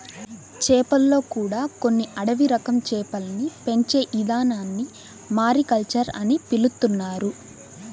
చేపల్లో కూడా కొన్ని అడవి రకం చేపల్ని పెంచే ఇదానాన్ని మారికల్చర్ అని పిలుత్తున్నారు